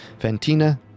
Fantina